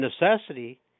necessity